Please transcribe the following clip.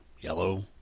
yellow